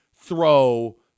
throw